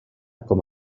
com